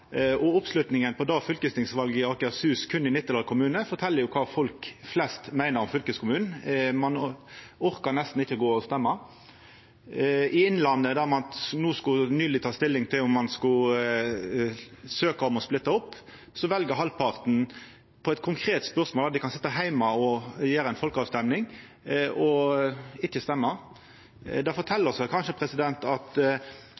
Oppslutninga i det fylkestingsvalet i Akershus berre i Nittedal kommune fortel kva folk flest meiner om fylkeskommunen. Ein orkar nesten ikkje gå og stemma. I Innlandet, der ein no nyleg skulle ta stilling til om ein skulle søkja om å splitta opp, valde halvparten på eit konkret spørsmål der dei kunne sitja heime og stemma i ei folkeavrøysting, ikkje å stemma. Det fortel oss kanskje at